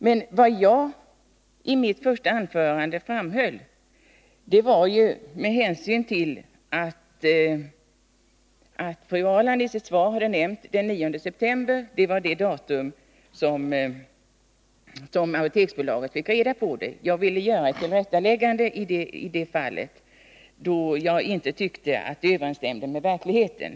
Fru Ahrland nämnde emellertid i sitt svar att landstinget reagerade först den 9 september, och därför ville jag göra ett tillrättaläggande då jag inte tyckte att detta överensstämde med verkligheten.